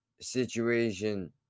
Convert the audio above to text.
situation